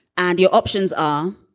and your options are.